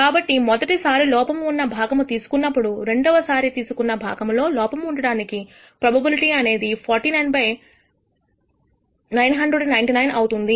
కాబట్టి మొదటిసారి లోపమున్న భాగమును తీసుకున్నప్పుడు రెండోసారి తీసుకున్నా భాగము లో లోపము ఉండడానికి ప్రోబబిలిటీ అనేది 49 బై 999 అవుతుంది